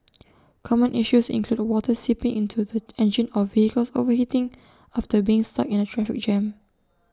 common issues include water seeping into the engine or vehicles overheating after being stuck in A traffic jam